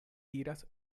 iras